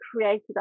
created